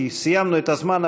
כי סיימנו את הזמן,